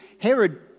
Herod